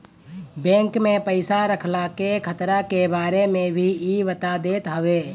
bank में पईसा रखला के खतरा के बारे में भी इ बता देत हवे